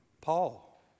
Paul